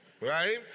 right